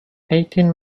eighteen